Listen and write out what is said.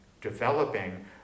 developing